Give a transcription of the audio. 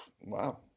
Wow